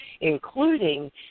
including